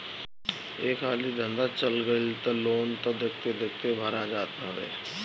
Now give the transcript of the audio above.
एक हाली धंधा चल गईल तअ लोन तअ देखते देखत भरा जात हवे